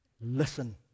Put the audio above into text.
Listen